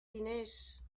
diners